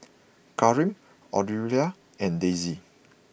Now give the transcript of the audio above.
Kareem Aurelia and Daisy